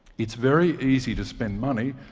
it's very easy to spend money.